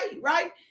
right